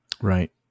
Right